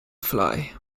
fly